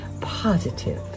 positive